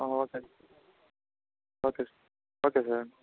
okay sir okay sir okay sir